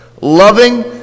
loving